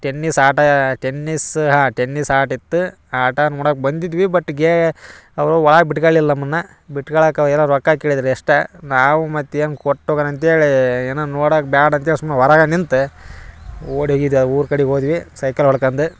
tennis ಆಟ tennis ಹಾಂ tennis ಆಟ್ ಇತ್ತು ಆ ಆಟ ನೋಡಕ್ಕೆ ಬಂದಿದ್ವಿ ಬಟ್ ಗೇ ಅವರು ಒಳಗೆ ಬಿಟ್ಕಳಿಲ್ಲ ನಮ್ಮನ್ನು ಬಿಟ್ಕಳಕ್ಕೆ ಅವ ಏನೋ ರೊಕ್ಕ ಕೇಳಿದರು ಎಷ್ಟು ನಾವು ಮತ್ತೇನು ಕೊಟ್ಟೋಗಣ ಅಂತ್ಹೇಳಿ ಏನ ನೋಡಾಕೆ ಬ್ಯಾಡ ಅಂತ್ಹೇಳಿ ಸುಮ್ನೆ ಹೊರಗ ನಿಂತು ಓಡೋಗಿದ ಊರು ಕಡೆ ಹೋದ್ವಿ ಸೈಕಲ್ ಹೊಡ್ಕಂಡು